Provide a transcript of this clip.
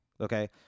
Okay